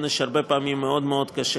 הרבה פעמים עונש מאוד מאוד קשה.